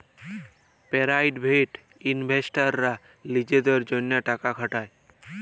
private ইলভেস্টাররা লিজেদের জ্যনহে টাকা খাটায়